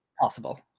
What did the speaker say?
possible